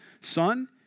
son